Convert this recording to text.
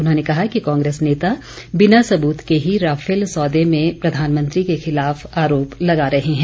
उन्होंने कहा कि कांग्रेस नेता बिना सबूत के ही राफेल सौदे में प्रधानमंत्री के खिलाफ आरोप लगा रहे हैं